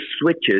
switches